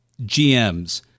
GMs